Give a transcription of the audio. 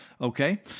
okay